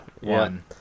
one